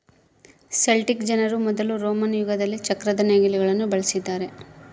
Celtic ಜನರು ಮೊದಲು Roman ಯುಗದಲ್ಲಿ ಚಕ್ರದ ನೇಗಿಲುಗುಳ್ನ ಬಳಸಿದ್ದಾರೆ